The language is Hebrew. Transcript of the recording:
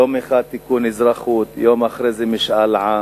יום אחד תיקון אזרחות, יום אחרי זה משאל עם,